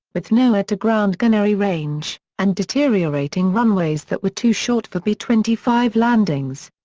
with no air-to-ground gunnery range, and deteriorating runways that were too short for b twenty five landings.